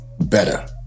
better